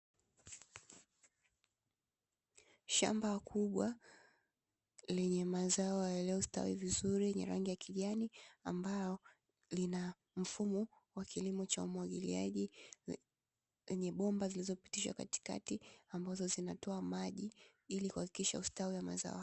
Shamba kubwa lenye mazao yaliyostawi vizuri yenye rangi ya kijani, ambao lina mfumo wa kilimo cha umwagiliaji, lenye bomba zilizopitishwa katikati ambazo zinatoa maji, ili kuhakikisha ustawi wa mazao hayo.